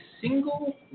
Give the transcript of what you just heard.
single